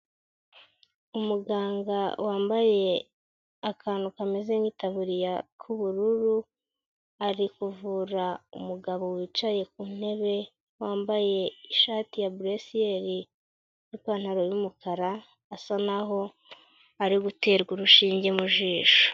Umuganga wambaye akantu kameze nk'itaburiya k'ubururu, ari kuvura umugabo wicaye ku ntebe wambaye ishati ya bule esiyeri, n'ipantaro y'umukara asa naho ari guterwa urushinge mu jisho.